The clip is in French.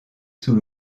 sous